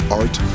art